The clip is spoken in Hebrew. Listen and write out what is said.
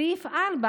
סעיף 4,